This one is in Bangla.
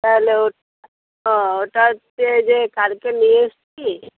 হ্যালো ওটাতে যে কালকে নিয়ে এসছি